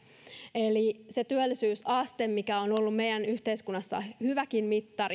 eli se työllisyysaste on ollut meidän yhteiskunnassamme hyväkin mittari